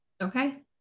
okay